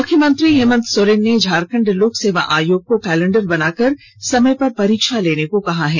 मुख्यमंत्री हेमंत सोरेन ने झारखंड लोक सेवा आयोग को कैलेंडर बनाकर समय पर परीक्षा लेने को कहा है